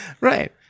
Right